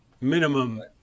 Minimum